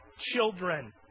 children